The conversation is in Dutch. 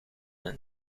een